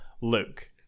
Luke